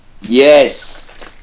Yes